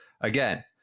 again